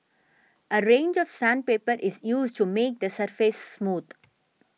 a range of sandpaper is used to make the surface smooth